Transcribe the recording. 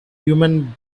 human